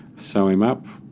sew him up,